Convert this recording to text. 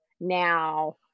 now